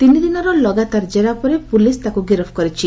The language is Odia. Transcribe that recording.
ତିନିଦିନର ଲଗାତାର ଜେରା ପରେ ପୁଲିସ ତାକୁ ଗିରଫ କରିଛି